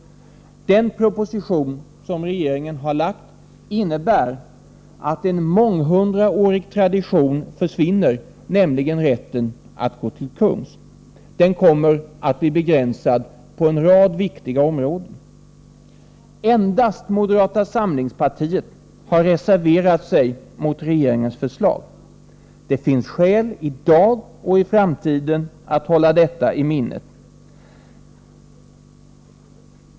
Den proposition som regeringen har lagt fram innebär att en månghundraårig tradition förändras, nämligen rätten att gå till kungs. Den kommer att bli begränsad på en rad viktiga områden. Endast moderata samlingspartiet har reserverat sig mot regeringens förslag. Det finns skäl, i dag och i framtiden, att hålla detta i minnet.